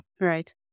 Right